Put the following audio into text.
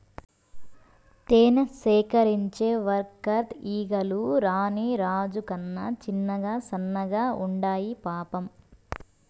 తేనె సేకరించే వర్కర్ ఈగలు రాణి రాజు కన్నా చిన్నగా సన్నగా ఉండాయి పాపం